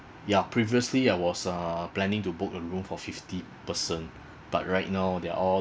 ya previously I was uh planning to book a room for fifty person but right now they're all